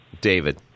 David